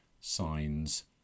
Signs